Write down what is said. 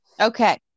Okay